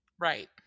Right